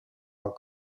are